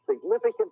significant